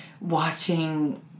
watching